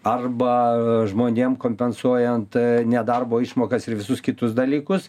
arba žmonėm kompensuojant nedarbo išmokas ir visus kitus dalykus